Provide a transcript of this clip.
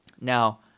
Now